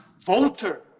voter